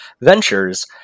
ventures